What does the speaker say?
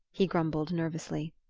he grumbled nervously.